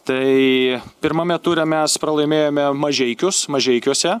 tai pirmame ture mes pralaimėjome mažeikius mažeikiuose